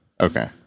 Okay